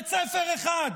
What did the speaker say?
בית ספר אחד,